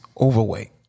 overweight